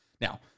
Now